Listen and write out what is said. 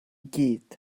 gyd